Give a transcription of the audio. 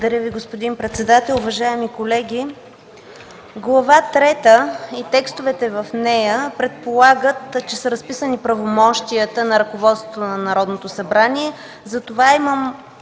Благодаря Ви, господин председател. Уважаеми колеги, Глава трета и текстовете в нея предполагат, че са разписани правомощията на ръководството на Народното събрание,